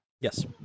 Yes